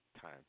time